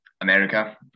America